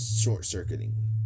short-circuiting